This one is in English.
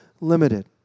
limited